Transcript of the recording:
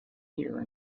here